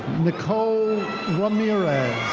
nicole ramirez.